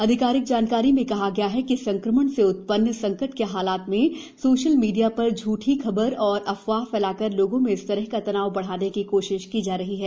आधिकारिक जानकारी में कहा गया है कि संक्रमण से उत्पन्न संकट के हालात में सोशल मीडिया पर झूठी खबर और अफवाह फैलाकर लोगों में इस तरह तनाव बढ़ाने की कोशिश की जा रही है